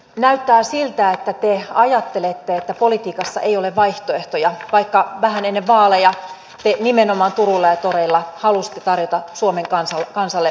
näyttää siltä että te ajattelette että politiikassa ei ole vaihtoehtoja vaikka vähän ennen vaaleja te nimenomaan turuilla ja toreilla halusitte tarjota suomen kansalle vaihtoehtoja